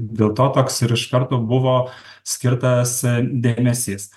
dėl to toks ir iš karto buvo skirtas dėmesys